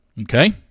Okay